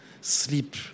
sleep